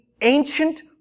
ancient